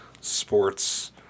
sports